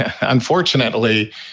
unfortunately